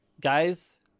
guys